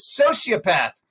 sociopath